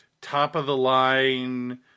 top-of-the-line